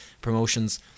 promotions